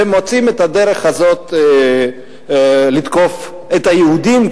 והם מוצאים את הדרך הזאת לתקוף את היהודים,